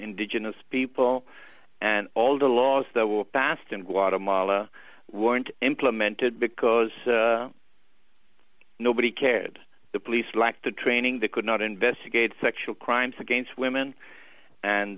indigenous people and all the laws that were passed in guatemala weren't implemented because nobody cared the police lacked the training they could not investigate sexual crimes against women and